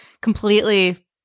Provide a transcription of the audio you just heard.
completely